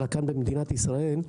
אלא כאן במדינת ישראל,